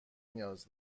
نیاز